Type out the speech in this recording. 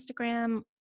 Instagram